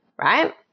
right